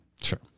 Sure